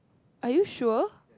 are you sure